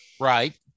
Right